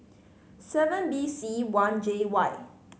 seven B C one J Y